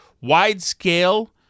wide-scale